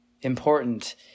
important